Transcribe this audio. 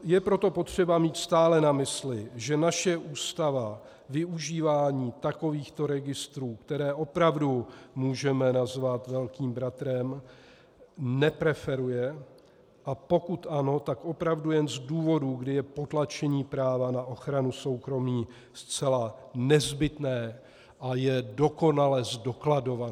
Je proto potřeba mít stále na mysli, že naše ústava využívání takovýchto registrů, které opravdu můžeme nazvat velkým bratrem, nepreferuje, a pokud ano, tak opravdu jen z důvodu, kdy je potlačení práva na ochranu soukromí zcela nezbytné a je dokonale zdokladované.